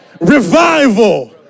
revival